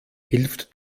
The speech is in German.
hilft